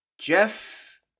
Jeff